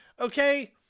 Okay